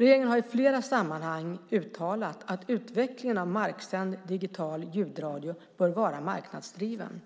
Regeringen har i flera sammanhang uttalat att utvecklingen av marksänd digital ljudradio bör vara marknadsdriven.